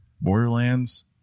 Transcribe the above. borderlands